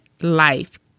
life